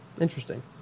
interesting